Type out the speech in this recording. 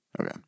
Okay